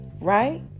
right